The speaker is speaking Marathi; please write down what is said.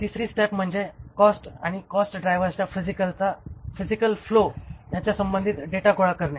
तिसरी स्टेप म्हणजे कॉस्ट आणि कॉस्ट ड्रायव्हरच्या फिजिकल फ्लो यांच्या संबंधित डेटा गोळा करणे